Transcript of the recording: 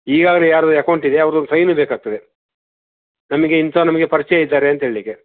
ಈಗ ಅವರು ಯಾರು ಅಕೌಂಟ್ ಇದೆ ಅವ್ರ್ದು ಒಂದು ಸೈನು ಬೇಕಾಗ್ತದೆ ನಮಗೆ ಇಂತವ್ರು ನಮಗೆ ಪರಿಚಯ ಇದ್ದಾರೆ ಅಂತ ಹೇಳಲಿಕ್ಕೆ